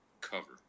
cover